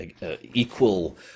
equal